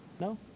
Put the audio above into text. No